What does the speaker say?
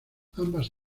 ambas